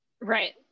right